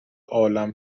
عالم